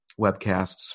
webcasts